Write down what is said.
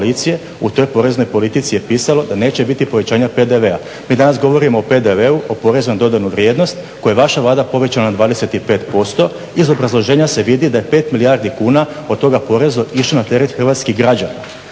u toj poreznoj politici je pisalo da neće biti povećanja PDV-a. Mi danas govorimo o PDV-u, o porezu na dodanu vrijednost koju je vaša Vlada povećala na 25%. Iz obrazloženja se vidi da je 5 milijardi kuna od toga poreza išlo na teret hrvatskih građana.